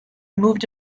moved